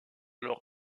alors